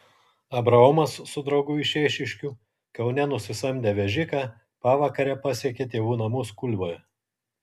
abraomas su draugu iš eišiškių kaune nusisamdę vežiką pavakare pasiekė tėvų namus kulvoje